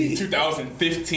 2015